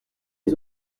les